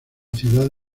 ciudad